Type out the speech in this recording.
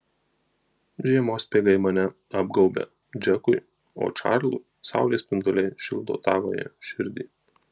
žiemos speigai mane apgaubia džekui o čarliui saulės spinduliai šildo tavąją širdį